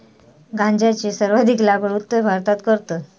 गांजाची सर्वाधिक लागवड उत्तर भारतात करतत